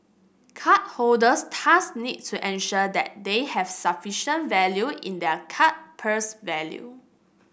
card holders thus need to ensure that they have sufficient value in their card's purse value